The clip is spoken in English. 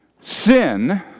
sin